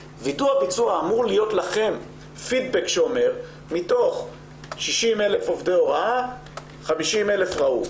אמור להיות לכם פידבק שאומר: מתוך 60,000 עובדי הוראה 50,000 ראו,